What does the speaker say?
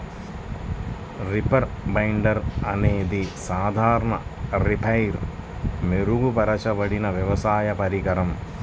reaper binder అనేది సాధారణ రీపర్పై మెరుగుపరచబడిన వ్యవసాయ పరికరం